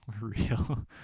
Real